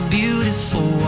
beautiful